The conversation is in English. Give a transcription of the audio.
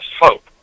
hope